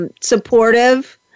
Supportive